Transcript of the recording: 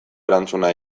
erantzuna